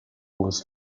was